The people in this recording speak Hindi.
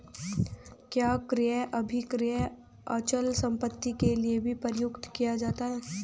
क्या क्रय अभिक्रय अचल संपत्ति के लिये भी प्रयुक्त किया जाता है?